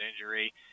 injury